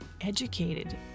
educated